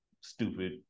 stupid